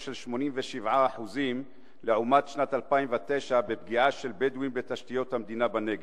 של 87% לעומת שנת 2009 בפגיעה של בדואים בתשתיות המדינה בנגב.